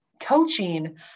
coaching